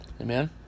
amen